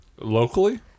Locally